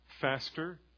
faster